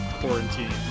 quarantine